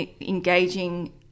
engaging